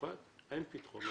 מצרפת אין פתרונות.